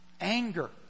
anger